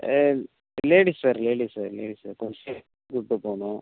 ladies sir ladies sir ladies sir கொஞ்சம் கூப்பிட்டு போகணும்